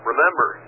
Remember